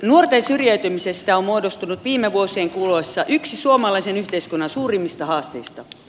nuorten syrjäytymisestä on muodostunut viime vuosien kuluessa yksi suomalaisen yhteiskunnan suurimmista haasteista